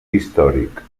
històric